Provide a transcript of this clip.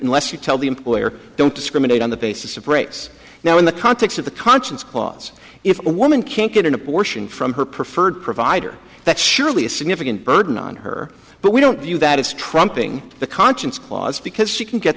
unless you tell the employer don't discriminate on the basis of race now in the context of the conscience clause if a woman can't get an abortion from her preferred provider that's surely a significant burden on her but we don't view that as trumping the conscience clause because she can get